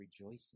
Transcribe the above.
rejoicing